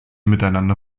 miteinander